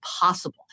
possible